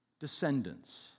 descendants